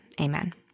Amen